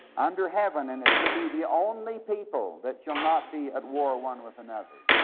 under heaven and it shall be the only people that shall not be at war one with another.